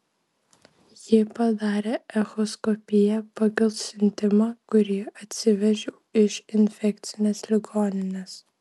ji padarė echoskopiją pagal siuntimą kurį atsivežiau iš infekcinės ligoninės